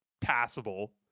passable